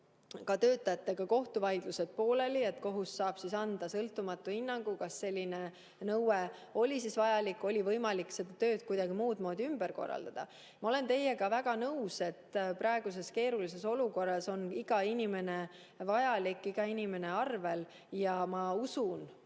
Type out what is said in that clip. töötajatega kohtuvaidlused pooleli. Kohus saab anda sõltumatu hinnangu, kas selline nõue oli vajalik või oli võimalik tööd kuidagi muud moodi ümber korraldada. Ma olen teiega väga nõus, et praeguses keerulises olukorras on iga inimene vajalik, iga inimene on arvel. Ma usun,